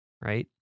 right